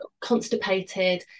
constipated